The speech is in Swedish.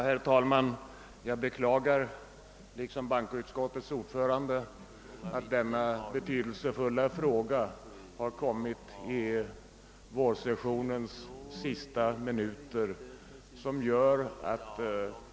Herr talman! Jag beklagar, liksom bankoutskottets ordförande, att denna betydelsefulla fråga har kommit upp till behandling i vårsessionens sista minuter.